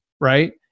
right